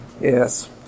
Yes